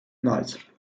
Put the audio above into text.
knight